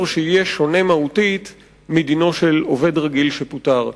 שיהיה שונה מהותית מדינו של עובד רגיל שפוטר.